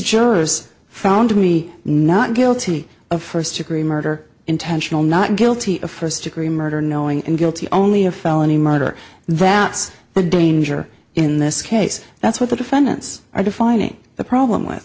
jurors found me not guilty of first degree murder intentional not guilty of first degree murder knowing and guilty only a felony murder that's the danger in this case that's what the defendants are defining the problem with